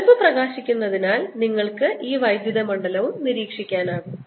bulb പ്രകാശിക്കുന്നതിനാൽ നിങ്ങൾക്ക് ഈ വൈദ്യുത മണ്ഡലം നിരീക്ഷിക്കാനാകും